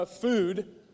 food